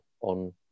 on